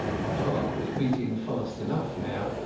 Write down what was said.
her heart was beating fast enough now,